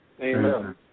Amen